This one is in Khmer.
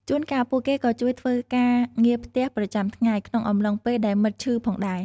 ជួនកាល ពួកគេក៏ជួយធ្វើការងារផ្ទះប្រចាំថ្ងៃ ក្នុងអំឡុងពេលដែលមិត្តឈឺផងដែរ។